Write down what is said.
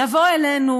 לבוא אלינו,